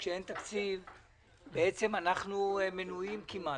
וכאשר אין תקציב בעצם אנחנו מנועים כמעט,